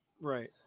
Right